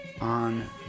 on